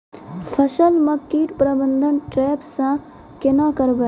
फसल म कीट प्रबंधन ट्रेप से केना करबै?